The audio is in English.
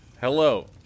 Hello